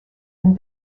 and